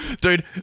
Dude